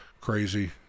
crazy